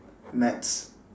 maths